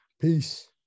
Peace